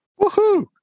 Woohoo